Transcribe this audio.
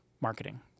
marketing